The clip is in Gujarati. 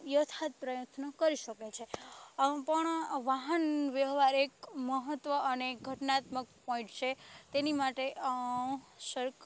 યથાર્થ પ્રયત્નો કરી શકે છે પણ વાહન વ્યહવાર એક મહત્વ અને ઘટનાત્મક પોઈન્ટ છે તેની માટે સર